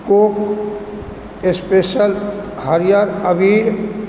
कोक special हरिअर अबीर